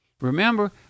Remember